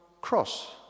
cross